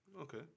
Okay